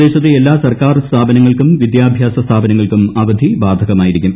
പ്രദേശത്തെ എല്ലാ സർക്കാർ സ്ഥാപനങ്ങൾക്കും വിദ്യാഭ്യാസ സ്ഥാപനങ്ങൾക്കും അവധി ബാധകമായിരിക്കും